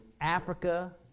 Africa